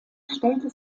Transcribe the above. stellte